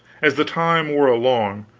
as the time wore along,